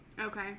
Okay